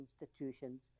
institutions